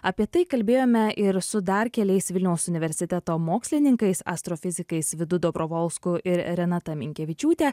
apie tai kalbėjome ir su dar keliais vilniaus universiteto mokslininkais astrofizikais vidu dabrovolsku ir renata minkevičiūte